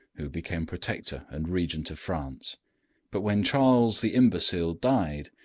who became protector and regent of france but when charles the imbecile died,